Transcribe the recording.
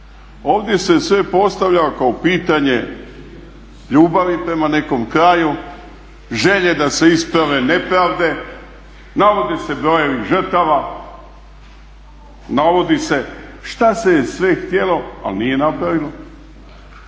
Ovdje se sve postavlja kao pitanje ljubavi prema nekom kraju, želje da se isprave nepravde, navode se brojevi žrtava, navodi se što se sve htjelo ali se nije napravilo